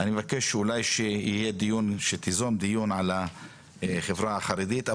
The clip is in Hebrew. אני מבקש שאולי כשיהיה דיון שתיזום דיון על החברה החרדית.